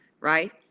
right